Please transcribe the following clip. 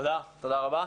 תודה רבה.